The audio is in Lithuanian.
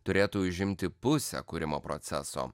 turėtų užimti pusę kūrimo proceso